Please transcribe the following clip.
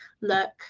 look